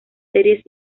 series